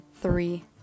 three